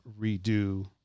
redo